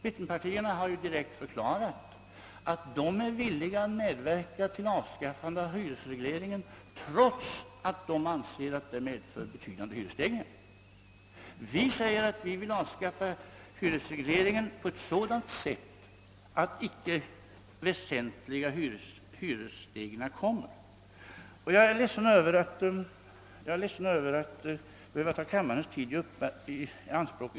Mittenpartierna har ju redan förklarat att de är villiga att medverka till hyresregleringens avskaffande trots att de anser att detta skulle medföra betydande hyresstegringar. Vi vill avskaffa hyresregleringen på sådant sätt, att några väsentliga hyresstegringar inte uppstår. Jag är ledsen över att behöva ta kammarens tid ytterligare i anspråk.